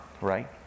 right